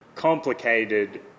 complicated